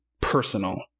personal